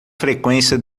frequência